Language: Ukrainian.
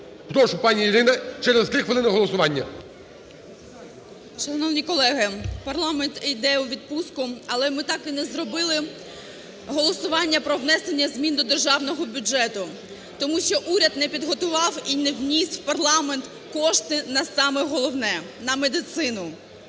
Прошу, пані Ірино. Через три хвилини голосування. 11:12:47 СИСОЄНКО І.В. Шановні колеги, парламент іде у відпустку, але ми так і не зробили голосування про внесення змін до державного бюджету. Тому що уряд не підготував і не вніс у парламент кошти на саме головне – на медицину.